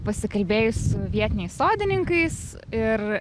pasikalbėjus su vietiniais sodininkais ir